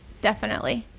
definitely.